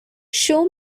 show